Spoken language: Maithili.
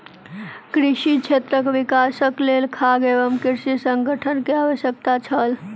कृषि क्षेत्रक विकासक लेल खाद्य एवं कृषि संगठन के आवश्यकता छल